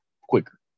quicker